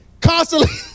constantly